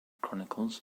chronicles